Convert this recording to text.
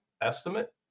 estimate